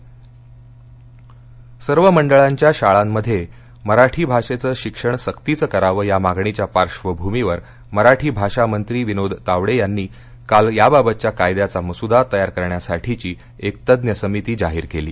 मराठी सर्व मंडळांच्या शाळांमध्ये मराठी भाषेचं शिक्षण सक्तीचं करावं या मागणीच्या पार्श्वभूमीवर मराठी भाषा मंत्री विनोद तावडे यांनी काल याबाबतच्या कायद्याचा मसुदा तयार करण्यासाठीची एक तज्ज्ञ समिती जाहीर केली